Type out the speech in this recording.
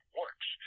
works